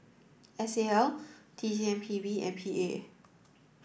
S L T C M P B and P A